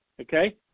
Okay